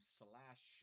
slash